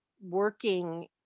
working